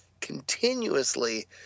continuously